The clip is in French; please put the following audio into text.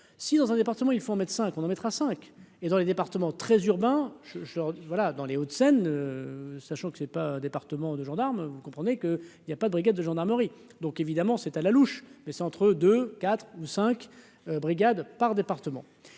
si dans un département, il faut médecin qu'on en mettra cinq et dans les départements très urbain, je, je leur dis : voilà, dans les Hauts-de-Seine, sachant que c'est pas un département de gendarmes, vous comprenez que il y a pas de brigades de gendarmerie, donc évidemment c'est à la louche, mais centre de 4 ou 5 brigades par département